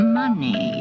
money